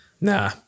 Nah